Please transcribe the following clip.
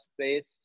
space